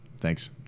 thanks